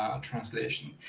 translation